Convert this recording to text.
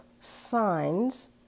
signs